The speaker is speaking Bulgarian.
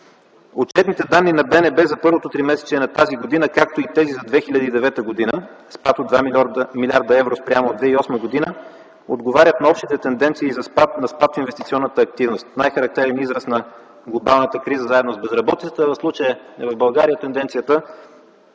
народна банка за първото тримесечие на тази година, както и тези за 2009 г. – спад от 2 млрд. евро спрямо 2008 г., отговарят на общите тенденции на спад в инвестиционната активност. Най-характерен израз на глобалната криза, заедно с безработицата, а в случая в България тенденцията